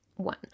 One